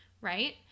right